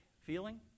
feeling